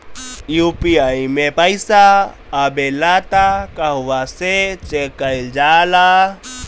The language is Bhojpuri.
यू.पी.आई मे पइसा आबेला त कहवा से चेक कईल जाला?